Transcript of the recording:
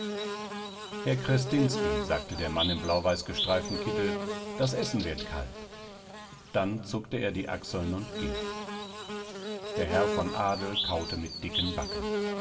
herr krestinski sagte der mann im blauweißgestreiften kittel das essen wird kalt dann zuckte er die achseln und ging der herr von adel kaute mit dicken backen